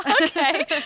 okay